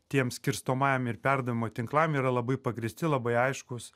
tiem skirstomajam ir perdavimo tinklam yra labai pagrįsti labai aiškūs